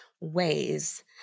ways